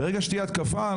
ברגע שתהיה התקפה,